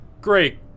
great